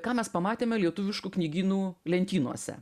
ką mes pamatėme lietuviškų knygynų lentynose